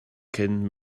cyn